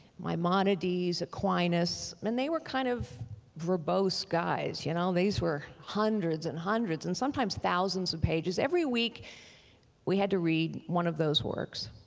maimonides, aquinas and they were kind of verbose guys, you know? these were hundreds and hundreds and sometimes thousands of pages every week we had to read one of those works.